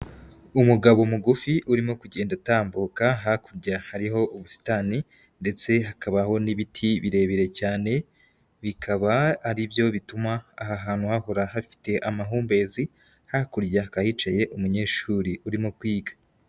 Umugabo mugufi urimo kugenda atambuka, hakurya hariho ubusitani ndetse hakabaho n'ibiti birebire cyane, bikaba ari byo bituma aha hantu hahora hafite amahumbezi, hakurya hakaba hicaye umunyeshuri urimo kwiga.